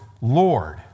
Lord